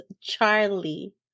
Charlie